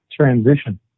Transition